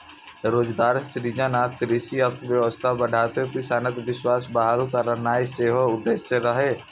रोजगार सृजन आ कृषि अर्थव्यवस्था बढ़ाके किसानक विश्वास बहाल करनाय सेहो उद्देश्य रहै